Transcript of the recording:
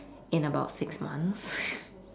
in about six months